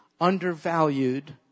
undervalued